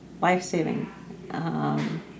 life-saving